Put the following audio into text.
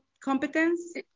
Competence